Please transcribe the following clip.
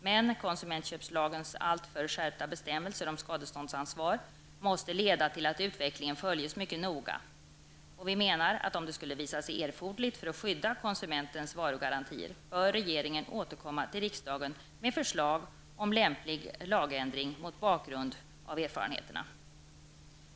Men konsumentköplagens alltför skärpta bestämmelser om skadeståndsansvar måste leda till att utvecklingen följs mycket noga, och vi menar att om det skulle visa sig erforderligt för att skydda konsumentens varugarantier bör regeringen återkomma till riksdagen med förslag om lämplig lagändring mot bakgrund av erfarenheterna.